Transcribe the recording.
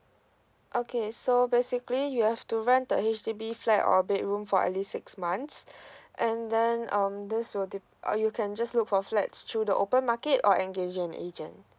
okay so basically you have to rent the H_D_B flat or bedroom for at least six months and then um this will de~ or you can just look for flats through the open market or engaging an agent